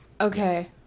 Okay